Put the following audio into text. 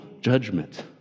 judgment